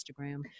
Instagram